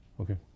Okay